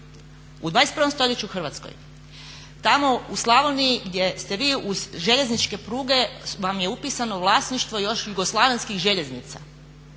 u 21.stoljeću u Hrvatskoj. Tamo u Slavoniji gdje ste vi u željezničke pruge vam je upisano vlasništvo još Jugoslavenskih željeznica,